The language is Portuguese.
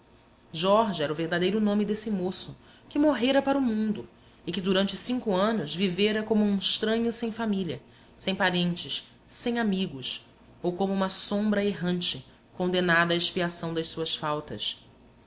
jorge era o verdadeiro nome desse moço que morrera para o mundo e que durante cinco anos vivera como um estranho sem família sem parentes sem amigos ou como uma sombra errante condenada à expiação das suas faltas